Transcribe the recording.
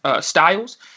styles